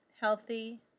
healthy